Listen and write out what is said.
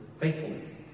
faithfulness